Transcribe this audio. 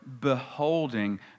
beholding